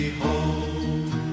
home